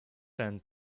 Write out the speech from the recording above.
ten